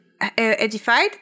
edified